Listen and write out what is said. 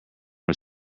are